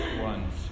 ones